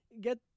get